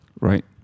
Right